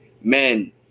men